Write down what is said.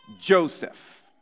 Joseph